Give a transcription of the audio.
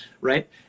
right